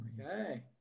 Okay